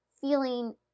feeling